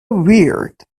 weird